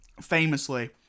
famously